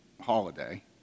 holiday